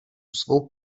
svou